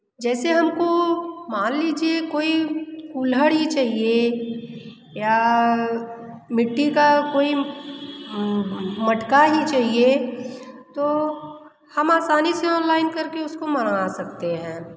जैसे हमको मान लीजिए कोई कुल्हड़ ही चाहिए या मिट्टी का कोई मटका ही चाहिए तो हम आसानी से ऑनलाइन कर के उसको मंगा सकते हैं